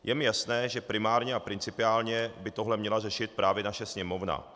Je mi jasné, že primárně a principiálně by tohle měla řešit právě naše Sněmovna.